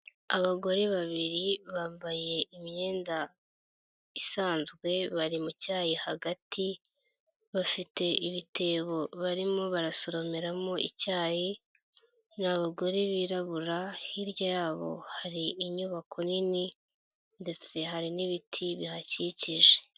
Abagore babiri bambaye imyenda isanzwe bari mu cyayi hagati, bafite ibitebo barimo barasoromeramo icyayi, ni abagore birabura, hirya yabo hari inyubako nini ndetse hari n'ibiti bihakikije.